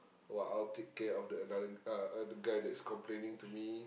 while I'll take care of the another uh the guy that is complaining to me